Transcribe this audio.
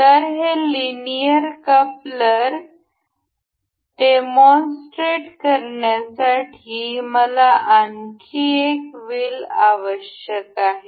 तर हे linear coupler demonstrate करण्यासाठी मला आणखी एक व्हील आवश्यक आहे